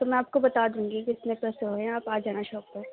تو میں آپ کو بتا دوں گی کتنے پیسے ہوئے ہیں آپ آ جانا شاپ پر